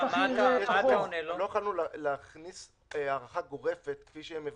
לא יכולנו להכניס הארכה גורפת כפי שהם מבקשים,